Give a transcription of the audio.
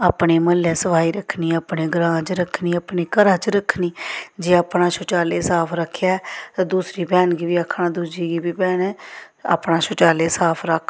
अपने म्हल्लै सफाई रक्खनी अपने ग्रांऽ च रक्खनी अपने घरै च रक्खनी जे अपना शौचालय साफ रक्खेआ ऐ ते दूसरी भैन गी बी आक्खना दूजी गी भैने अपना शौचालय साफ रक्ख